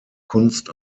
kunst